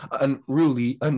unruly